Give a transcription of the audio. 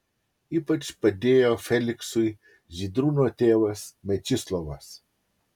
ypač padėjo feliksui žydrūno tėvas mečislovas